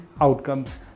outcomes